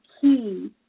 key